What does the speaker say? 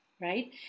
right